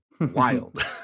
wild